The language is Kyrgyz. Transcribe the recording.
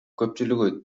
көпчүлүгү